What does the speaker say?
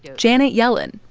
janet yellen,